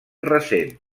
recent